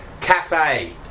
cafe